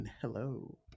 hello